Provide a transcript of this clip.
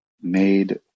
made